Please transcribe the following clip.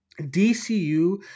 DCU